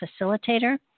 facilitator